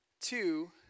Two